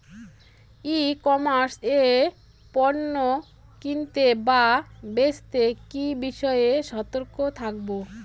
ই commerce এ পণ্য কিনতে বা বেচতে কি বিষয়ে সতর্ক থাকব?